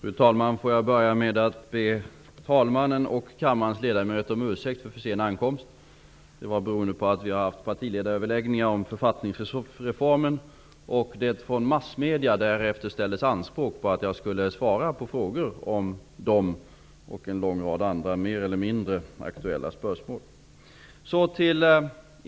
Fru talman! Jag börjar med att be talmannen och kammarens ledamöter om ursäkt för sen ankomst. Den beror på att vi har haft partiöverläggningar om författningsreformen. Representanter för massmedierna ställde därefter anspråk på att jag skulle svara på frågor om det ärendet, och om en lång rad andra mer eller mindre aktuella spörsmål.